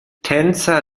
tänzer